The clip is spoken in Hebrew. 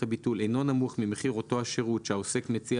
הביטול אינו נמוך ממחיר אותו השירות שהעוסק מציע